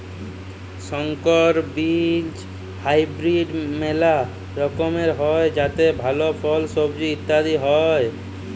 সংকর বীজ হাইব্রিড মেলা রকমের হ্যয় যাতে ভাল ফল, সবজি ইত্যাদি হ্য়য়